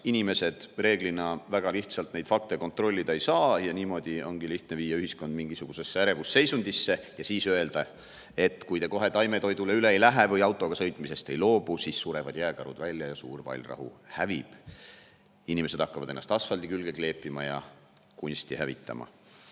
inimesed reeglina neid fakte väga lihtsalt kontrollida ei saa. Niimoodi ongi lihtne viia ühiskond ärevusseisundisse ja siis öelda, et kui te kohe taimetoidule üle ei lähe või autoga sõitmisest ei loobu, siis surevad jääkarud välja ja Suur Vallrahu hävib. Inimesed hakkavad ennast asfaldi külge kleepima ja kunsti hävitama.